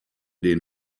den